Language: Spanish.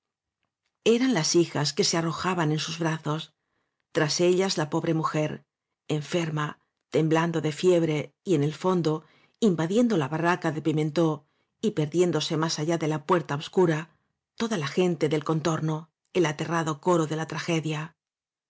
eran las hijas que se arrojaban en sus bra zos tras ellas la pobre mujer enferma tem blando de fiebre y en el fondo invadiendo la barraca de pimentó y perdiéndose más allá de la puerta obscura toda la gente del con torno el aterrado coro de la tragedia